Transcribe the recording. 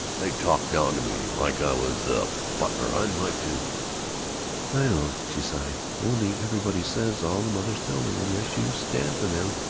they talk down to me like i was the butler! i'd like to i know, she sighed only everybody says, all the mothers tell me, unless you stand for them,